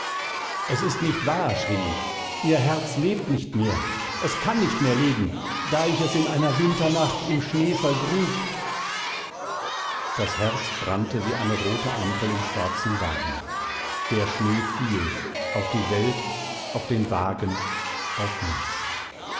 es ist nicht wahr schrie ich ihr herz lebt nicht mehr es kann nicht mehr leben da ich es in einer winternacht im schnee vergrub das herz brannte wie eine rote ampel im schwarzen wagen der schnee fiel auf die welt auf den wagen auf mich